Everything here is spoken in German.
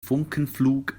funkenflug